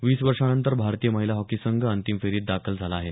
वीस वर्षांनंतर भारतीय महिला हॉकी संघ अंतिम फेरीत दाखल झाला आहे